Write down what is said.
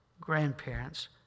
grandparents